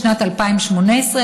בשנת 2017,